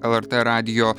lrt radijo